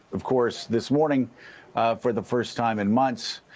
of course this morning for the first time in months,